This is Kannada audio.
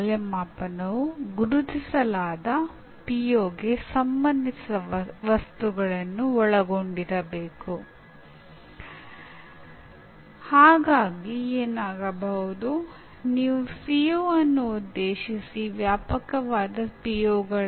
ಆದರೆ ಇದು ಮುಖ್ಯವಾಗಿ ಶಿಕ್ಷಕರಿಗೆ ಮತ್ತು ವಿದ್ಯಾರ್ಥಿಗಳಿಗೆ ಪ್ರತಿಕ್ರಿಯೆಯಾಗಿ ಕಾರ್ಯನಿರ್ವಹಿಸುತ್ತದೆ